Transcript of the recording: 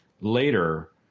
later